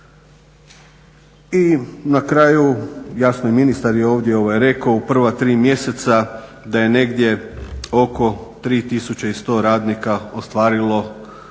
I na kraju jasno i ministar je ovdje rekao u prva tri mjeseca da je negdje oko 3100 radnika ostvarilo